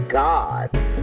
gods